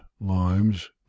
limes